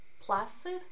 Placid